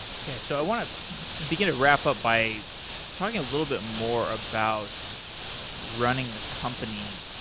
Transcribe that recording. okay. so i want to begin a wrap up by talking a little bit more about running a company,